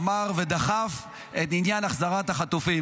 הוא אמר ודחף את עניין החזרת החטופים.